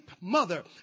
mother